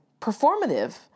performative